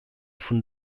von